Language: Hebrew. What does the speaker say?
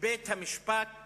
שבית-המשפט